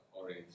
orange